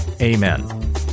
Amen